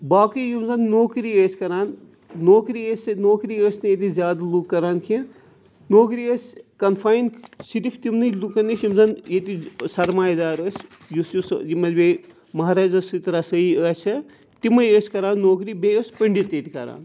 باقٕے یِم زَن نوکری ٲسۍ کَران نوکری ٲسۍ ییٚتہِ نوکری ٲسۍ نہٕ ییٚتہِ ٲسۍ زیادٕ لُکھ کَران کینٛہہ نوکری ٲسۍ کَنفاین صرف تِمنٕے لُکَن نِش یِم زَن ییٚتِچ سرمایہ دار ٲسۍ یُس یُس یِم ٲسۍ بیٚیہِ مہراجہ سۭتۍ رَسٲیی آسہِ ہا تِمَے ٲسۍ کَران نوکری بیٚیہِ ٲسۍ پٔنڈِت ییٚتہِ کَران